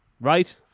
Right